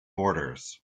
borders